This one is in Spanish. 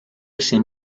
ese